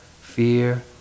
fear